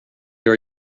are